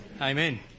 Amen